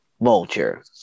Vulture